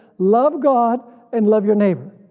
love god and love your neighbor.